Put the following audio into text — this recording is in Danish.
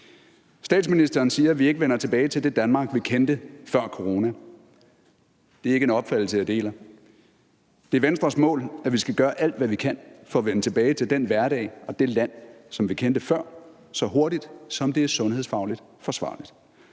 Statsministeren siger, at vi ikke vender tilbage til det Danmark, vi kendte før corona. Det er ikke en opfattelse, jeg deler. Det er Venstres mål, at vi skal gøre alt, hvad vi kan, for at vende tilbage til den hverdag og det land, som vi kendte før, så hurtigt som det er sundhedsfagligt forsvarligt,